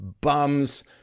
bums